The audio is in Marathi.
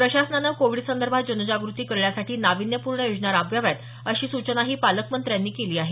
प्रशासनानं कोविड संदर्भांत जनजागृती करण्यासाठी नाविन्यपूर्ण योजना राबवाव्यात अशी सूचनाही पालकमंत्र्यांनी केली आहे